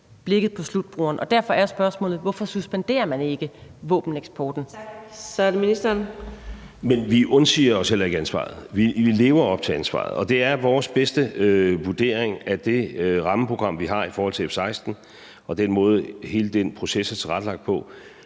er det ministeren. Kl. 13:30 Udenrigsministeren (Lars Løkke Rasmussen): Vi undsiger os heller ikke ansvaret. Vi lever op til ansvaret, og det er vores bedste vurdering, at det rammeprogram, vi har i forhold til F 16, og den måde, hele den proces er tilrettelagt på,